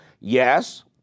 Yes